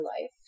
life